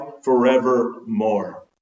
forevermore